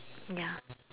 ya